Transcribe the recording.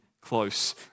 close